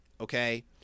okay